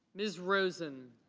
ms. rosen.